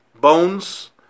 bones